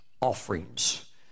offerings